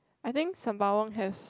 I think Sembawang has